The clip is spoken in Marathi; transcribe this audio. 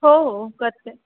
हो हो करते